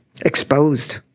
exposed